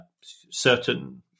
certain